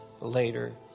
later